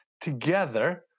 together